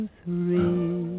three